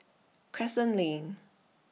Crescent Lane